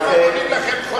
נראה אתכם.